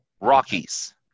Rockies